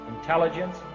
intelligence